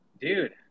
Dude